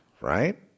right